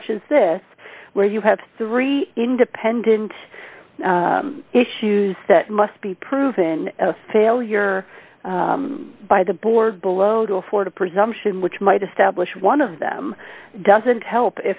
such as this where you have three independent issues that must be proven a failure by the board below to afford a presumption which might establish one of them doesn't help